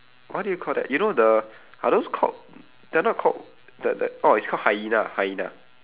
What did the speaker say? what do you call that you know the are those called they are not called the the oh it's called hyena hyena